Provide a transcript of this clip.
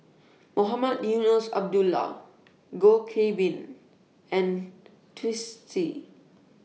Mohamed Eunos Abdullah Goh Qiu Bin and Twisstii